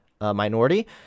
minority